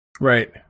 Right